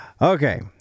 Okay